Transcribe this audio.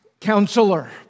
Counselor